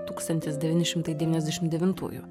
tūkstantis devyni šimtai devyniasdešim devintųjų